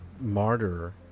martyr